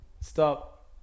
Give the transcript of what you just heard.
stop